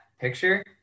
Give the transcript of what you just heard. picture